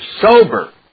sober